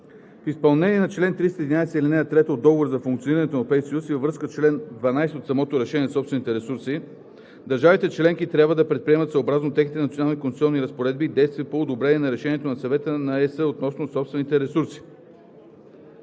В изпълнение на чл. 311, ал. 3 от Договора за функционирането на Европейския съюз и във връзка с чл. 12 от самото решение за собствените ресурси държавите членки трябва да предприемат, съобразно техните национални конституционни разпоредби, действия по одобрение на решението на Съвета на Европейския съюз относно собствените ресурси.“